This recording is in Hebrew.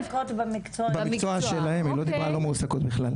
במקצוע שלהן, לא דיברה על לא מועסקות כלל.